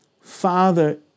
Father